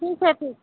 ठीक है ठीक